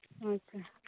ᱟᱪᱪᱷᱟ